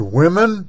women